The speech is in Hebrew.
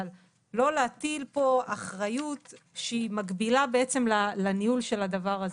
אבל לא להטיל פה אחריות שהיא מקבילה בעצם לניהול של הדבר הזה.